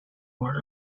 were